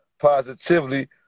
positively